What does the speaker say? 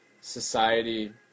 Society